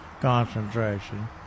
concentration